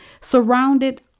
surrounded